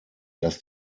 dass